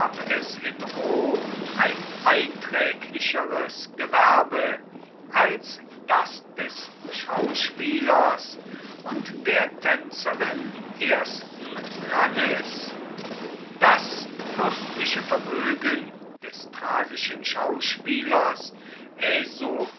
in rom ein einträglicheres gewerbe als das des schauspielers und der tänzerin ersten ranges das fürstliche vermögen des tragischen schauspielers